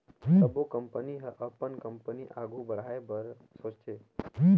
सबो कंपनी ह अपन कंपनी आघु बढ़ाए बर सोचथे